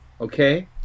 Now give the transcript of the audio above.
Okay